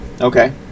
Okay